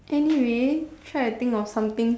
anyway try to think of something